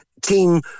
team